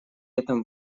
этом